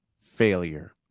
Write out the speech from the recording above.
failure